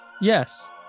yes